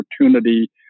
opportunity